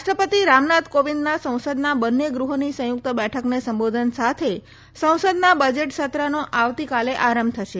રાષ્ટ્રપતિ રામનાથ કોવિંદના સંસદના બંને ગૃહોની સંયુકત બેઠકને સંબોધન સાથે સંસદના બજેટ સત્રનો આવતીકાલે આરંભ થશે